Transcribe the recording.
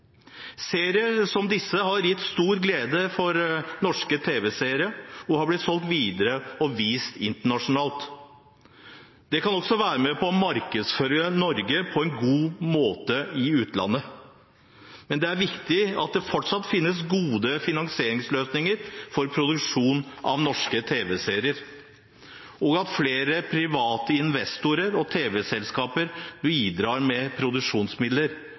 Serier som disse har gitt stor glede for norske tv-seere og har blitt solgt videre og vist internasjonalt. Dette kan også være med på å markedsføre Norge på en god måte i utlandet. Det er viktig at det fortsatt finnes gode finansieringsløsninger for produksjon av norske tv-serier, og at flere private investorer og tv-selskaper bidrar med produksjonsmidler,